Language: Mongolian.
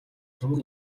төмөр